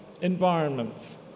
environments